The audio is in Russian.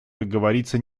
договориться